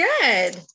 good